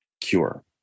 cure